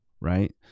right